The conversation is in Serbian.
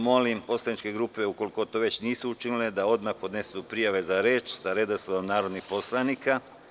Molim poslaničke grupe, ukoliko to već nisu učinile, da odmah podnesu prijave za reč sa redosledom narodnih poslanika.